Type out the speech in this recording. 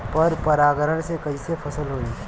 पर परागण से कईसे फसल होई?